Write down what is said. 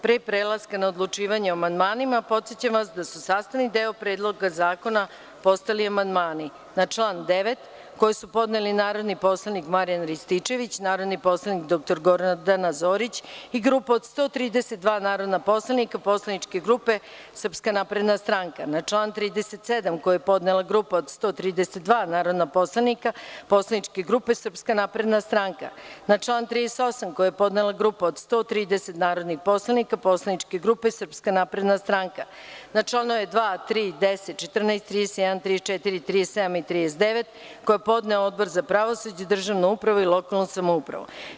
Pre prelaska na odlučivanje o amandmanima, podsećam vas da su sastavni deo Predloga zakona postali amandmani: na član 9. koje su podneli narodni poslanik Marijan Rističević, narodni poslanik dr Gordana Zorić i grupa od 132 narodnih poslanika poslaničke grupe SNS; na član 37. koji je podnela grupa od 132 narodna poslanika poslaničke grupe SNS; na član 38. koji je podnela grupa od 130 narodnih poslanika poslaničke grupe SNS; na članove 2, 3, 10, 14, 31, 34, 37. i 39. koje je podneo Odbor za pravosuđe, državnu upravu i lokalnu samoupravu.